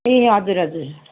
ए हजुर हजुर